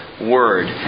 Word